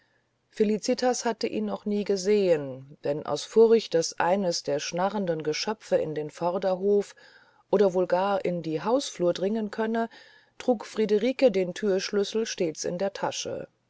felicitas hatte ihn noch nie gesehen denn aus furcht daß eines der schnarrenden geschöpfe in den vorderhof oder wohl gar in die hausflur dringen könne trug friederike den thürschlüssel stets in der tasche